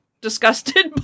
disgusted